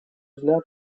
взгляд